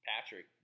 Patrick